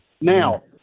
Now